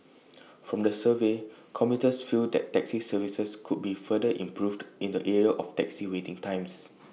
from the survey commuters feel that taxi services could be further improved in the area of taxi waiting times